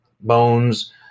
bones